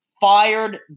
fired